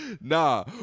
Nah